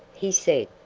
he said,